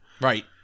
Right